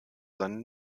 seine